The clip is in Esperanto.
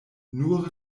nur